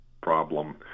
problem